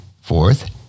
Fourth